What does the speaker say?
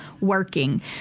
working